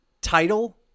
title